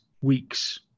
weeks